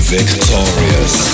Victorious